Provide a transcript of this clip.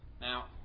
Now